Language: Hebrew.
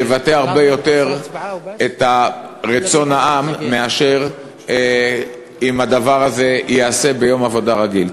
יבטא הרבה יותר את רצון העם מאשר אם הדבר הזה ייעשה ביום עבודה רגיל.